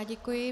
Děkuji.